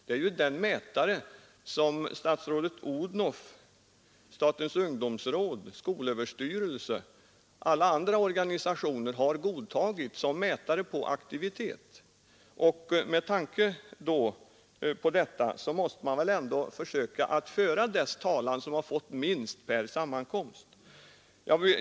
Sammankomsten är vad statsrådet Odhnoff, statens ungdomsråd, skolöverstyrelsen och alla andra organisationer har godtagit såsom mätare på aktivitet. Med tanke på detta måste man väl ändå försöka föra dens talan som har fått minst per sammankomst.